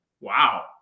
Wow